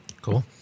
Cool